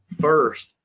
first